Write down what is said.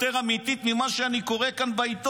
יותר אמיתית ממה שאני קורא כאן היום.